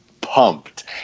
pumped